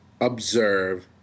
observe